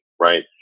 right